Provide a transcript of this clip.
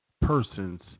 persons